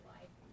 Life